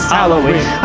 Halloween